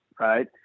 right